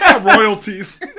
Royalties